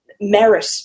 merit